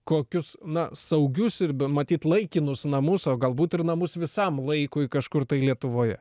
kokius na saugius ir be matyt laikinus namus o galbūt ir namus visam laikui kažkur tai lietuvoje